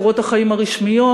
קורות החיים הרשמיים,